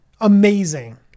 amazing